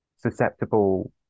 susceptible